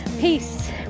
Peace